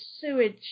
sewage